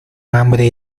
hambre